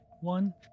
one